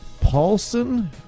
Paulson